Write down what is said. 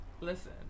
listen